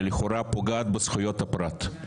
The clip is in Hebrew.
שלכאורה פוגעת בזכויות הפרט.